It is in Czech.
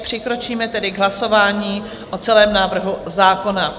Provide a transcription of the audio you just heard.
Přikročíme tedy k hlasování o celém návrhu zákona.